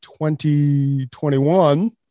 2021